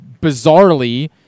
bizarrely